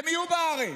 הם יהיו בארץ.